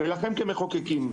לכם כמחוקקים,